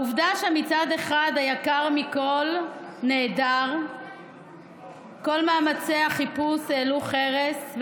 העובדה שמצד אחד היקר מכול נעדר וכל מאמצי החיפוש העלו חרס,